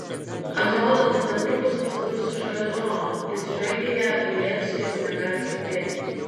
atrodo kad netrukus atsidursiu šalia džono jis žvelgė į ją ir gailėjosi jog negali kalbėti